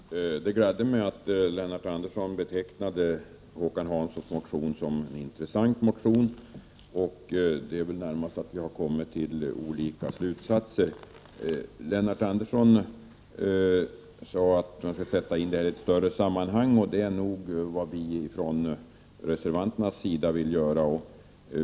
Herr talman! Pet gladde mig att Lennart Andersson betecknade motionen av Håkan Hansson m.fl. som intressant, men vi har kommit fram till olika slutsatser. Lennart Andersson sade att frågan skall sättas in i ett större sammanhang, och det är också vad vi reservanter vill göra.